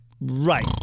Right